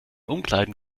umkleiden